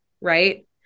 right